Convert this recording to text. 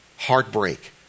Heartbreak